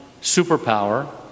superpower